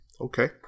okay